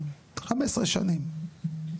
15 שנים,